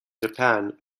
japan